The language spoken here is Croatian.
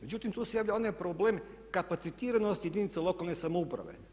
Međutim, tu se javlja onaj problem kapacitiranosti jedinica lokalne samouprave.